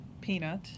peanut